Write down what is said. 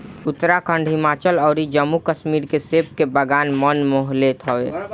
उत्तराखंड, हिमाचल अउरी जम्मू कश्मीर के सेब के बगान मन मोह लेत हवे